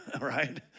right